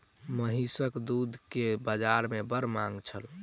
महीसक दूध के बाजार में बड़ मांग छल